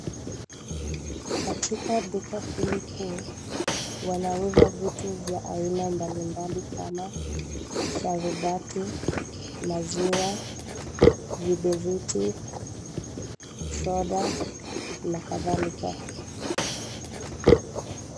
Katika duka hili kuu wanauza vitu vya aina mbalimbali kama sharubati, maziwa, viberiti, soda na kadhalika.